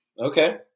Okay